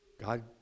God